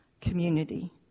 community